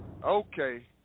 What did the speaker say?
Okay